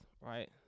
right